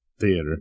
theater